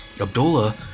Abdullah